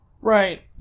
Right